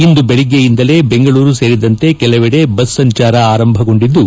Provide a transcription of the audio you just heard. ಇಂದು ಬೆಳಗ್ಗೆಯಿಂದಲೇ ಬೆಂಗಳೂರು ಸೇರಿದಂತೆ ಕೆಲವೆಡೆ ಬಸ್ ಸಂಚಾರ ಆರಂಭಗೊಂಡಿದ್ದು